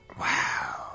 Wow